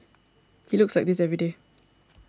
he looks like this every day